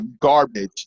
garbage